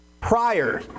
prior